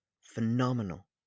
phenomenal